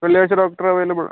വെള്ളിയാഴ്ച doctor available